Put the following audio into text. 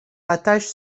rattache